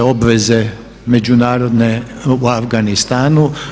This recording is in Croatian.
obveze međunarodne u Afganistanu.